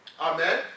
Amen